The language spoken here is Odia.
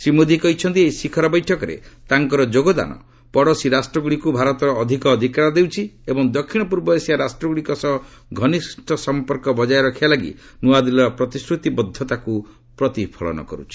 ଶ୍ରୀ ମୋଦି କହିଛନ୍ତି ଏହି ଶିଖର ବୈଠକରେ ତାଙ୍କର ଯୋଗଦାନ ପଡ଼ୋଶୀ ରାଷ୍ଟ୍ରଗୁଡ଼ିକୁ ଭାରତ ଅଧିକ ଅଗ୍ରାଧିକାର ଦେଉଛି ଏବଂ ଦକ୍ଷିଣ ପୂର୍ବ ଏସିଆ ରାଷ୍ଟ୍ରଗୁଡ଼ିକ ସହ ଘନିଷ୍ଠ ସଂପର୍କ ବଜାୟ ରଖିବା ଲାଗି ନୂଆଦିଲ୍ଲୀର ପ୍ରତିଶ୍ରତିବଦ୍ଧତାକୁ ପ୍ରତିଫଳନ କରୁଛି